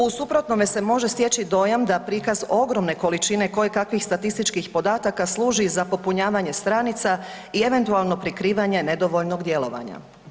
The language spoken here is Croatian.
U suprotnome se može stječi dojam da prikaz ogromne količine koje kakvih statističkih podataka služi za popunjavanje stranica i eventualno prikrivanje nedovoljnog djelovanja.